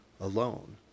alone